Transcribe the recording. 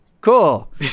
cool